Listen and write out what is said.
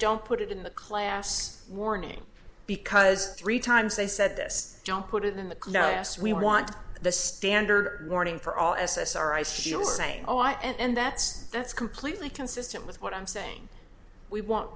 don't put it in the class warning because three times they said this don't put it in the yes we want the standard warning for all s s r i she'll say oh i and that's that's completely consistent with what i'm saying we want